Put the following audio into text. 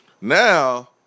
Now